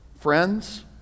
Friends